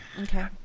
Okay